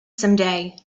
someday